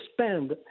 spend